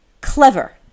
clever